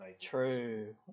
True